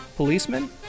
Policemen